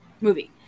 movie